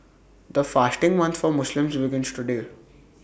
the fasting month for Muslims begins today